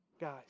Guys